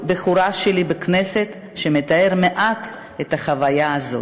בסך הכול נוספו אשתקד למרשם האוכלוסין מעל 34,000 איש,